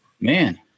man